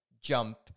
jump